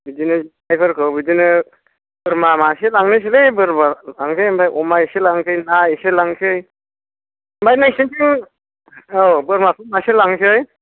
बिदिनो जानायफोरखौ बिदिनो बोरमा मासे लांनोसैलै बोरमा लांनोसै ओमफ्राय अमा एसे लांनोसै ना एसे लांनोसै ओमफ्राय नोंसिनिथिं औ बोरमाखौ मासे लांनोसै